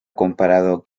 comparado